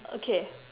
okay